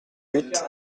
huit